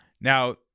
Now